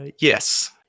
Yes